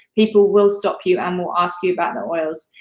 people will stop you and will ask you about the oils.